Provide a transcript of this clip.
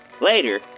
Later